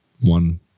one